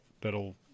that'll